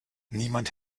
niemand